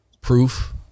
proof